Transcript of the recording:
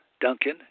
Duncan